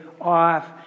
off